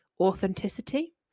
authenticity